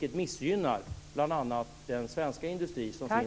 Detta missgynnar bl.a. den svenska industri som finns.